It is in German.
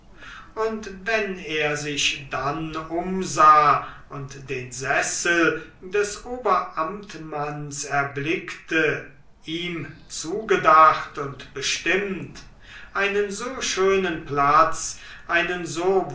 und wenn er sich dann umsah und den sessel des oberamtmanns erblickte ihm zugedacht und bestimmt einen so schönen platz einen so